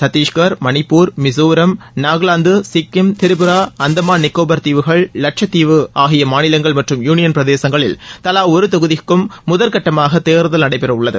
சத்திஷ்கள் மணிப்பூர் மிசோரம் நாகலாந்து சிக்கிம் திரிபுரா அந்தமான் நிக்கோபார் தீவுகள் வட்ச தீவு ஆகிய மாநிலங்கள் மற்றும் யூனியன் பிரதேசங்களில் தலா ஒரு தொகுதிக்கும் முதல்கட்டமாக தேர்தல் நடைபெற உள்ளது